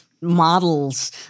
models